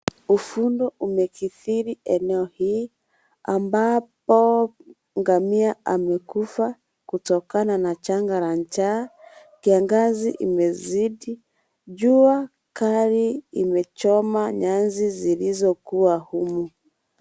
Ufundo umekidhiri eneo hii ambapo ngamia amekufa kutokana na janga la njaa. Kiangazi imezidi, jua kali imechoma nyasi zilizokuwa humu.